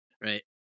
right